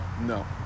No